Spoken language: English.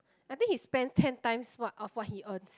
I think he spend ten times what of what he earns